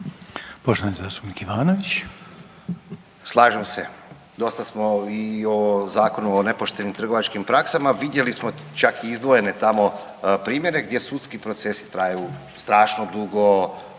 Goran (HDZ)** Slažem se. Dosta smo i o Zakonu o nepoštenim trgovačkim praksama. Vidjeli smo čak i izdvojene tamo primjere gdje sudski procesi traju strašno dugo,